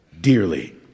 dearly